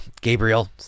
Gabriel